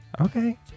okay